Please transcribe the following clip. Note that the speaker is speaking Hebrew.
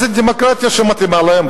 זאת דמוקרטיה שמתאימה להם.